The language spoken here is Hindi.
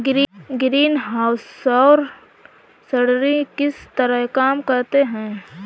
ग्रीनहाउस सौर सरणी किस तरह काम करते हैं